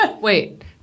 Wait